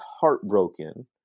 heartbroken